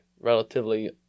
relatively